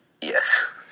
Yes